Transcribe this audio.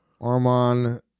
Armand